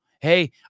Hey